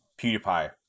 PewDiePie